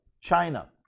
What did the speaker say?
China